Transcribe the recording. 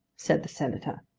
said the senator.